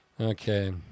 Okay